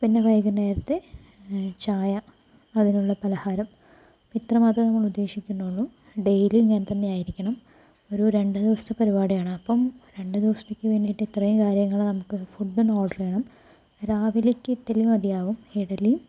പിന്നെ വൈകുന്നേരത്തെ ചായ അതിനുള്ള പലഹാരം അപ്പോൾ ഇത്രമാത്രമേ നമ്മൾ ഉദ്ദേശിക്കുന്നുള്ളു ഡെയ്ലി ഇങ്ങനെതന്നെ ആയിരിക്കണം ഒരു രണ്ട് ദിവസത്തെ പരിപാടിയാണ് അപ്പോൾ രണ്ട് ദിവസത്തേക്ക് വേണ്ടീട്ട് ഇത്രയും കാര്യങ്ങള് നമുക്ക് ഫുഡൊന്ന് ഓഡർ ചെയ്യണം രാവിലേക്ക് ഇഡ്ഡലി മതിയാവും ഇഡ്ഡലിയും